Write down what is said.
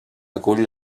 acull